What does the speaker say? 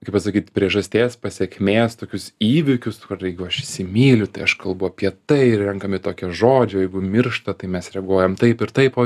kaip pasakyt priežasties pasekmės tokius įvykius jeigu aš įsimyliu tai aš kalbu apie tai ir renkami tokie žodžiai jeigu miršta tai mes reaguojam taip ir taip o